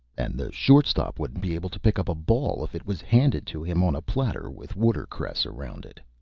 and the short-stop wouldn't be able to pick up a ball if it was handed to him on a platter with water cress around it,